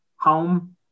home